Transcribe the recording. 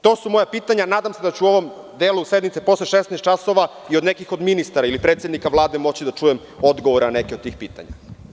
To su moja pitanja, nadam se da ću u ovom delu sednice posle 16 časova i od nekih od ministara ili predsednika Vlade moći da čujem odgovor na neke od tih pitanja.